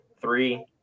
Three